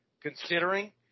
considering